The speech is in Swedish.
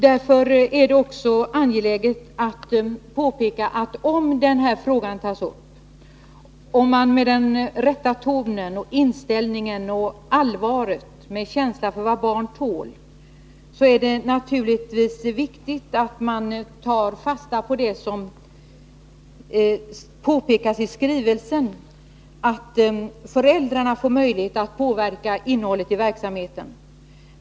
Därför är det angeläget att framhålla, att om den här frågan tas upp med den rätta tonen och inställningen, med allvar och känsla för vad barnen tål, så är det naturligtvis också viktigt att ta fasta på det som påpekas i skrivelsen, nämligen att föräldrarna ges möjlighet att påverka innehållet i verksamheten.